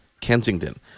kensington